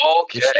Okay